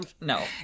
no